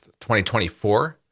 2024